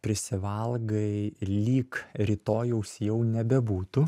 prisivalgai lyg rytojaus jau nebebūtų